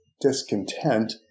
discontent